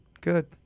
good